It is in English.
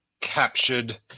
captured